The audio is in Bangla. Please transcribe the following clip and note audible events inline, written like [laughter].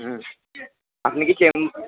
হুম আপনি কি [unintelligible]